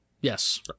Yes